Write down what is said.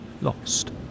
lost